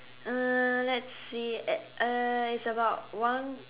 uh let's see at uh it's about one